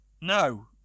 No